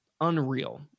unreal